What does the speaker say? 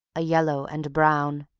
a yellow and a brown,